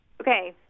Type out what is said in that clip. Okay